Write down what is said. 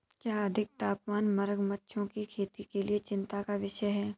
क्या अधिक तापमान मगरमच्छों की खेती के लिए चिंता का विषय है?